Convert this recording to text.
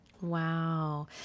Wow